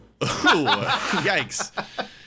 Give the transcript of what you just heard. yikes